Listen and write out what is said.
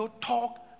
talk